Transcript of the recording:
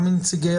גם אנחנו מסכימים.